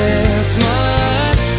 Christmas